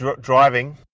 driving